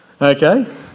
okay